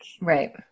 Right